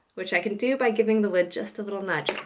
which i can do by giving the lid just a little nudge.